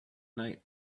night